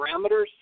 parameters